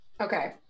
Okay